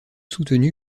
soutenu